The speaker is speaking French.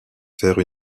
faire